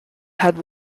had